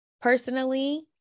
personally